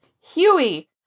Huey